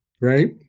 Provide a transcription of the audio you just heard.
Right